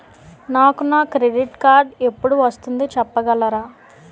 నాకు నా credit card ఎపుడు వస్తుంది చెప్పగలరా?